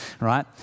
Right